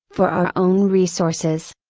for our own resources.